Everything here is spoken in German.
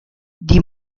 die